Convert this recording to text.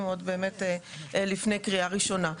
עוד לפני קריאה ראשונה.